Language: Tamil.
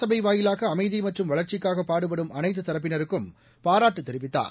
சபை வாயிலாக அமைதி மற்றும் வளர்ச்சிக்காக பாடுபடும் அனைத்துத் தரப்பினருககும் பாராட்டு தெரிவித்தார்